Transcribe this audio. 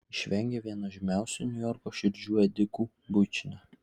išvengė vieno žymiausių niujorko širdžių ėdikų bučinio